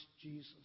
Jesus